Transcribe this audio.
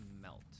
melt